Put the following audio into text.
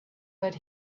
but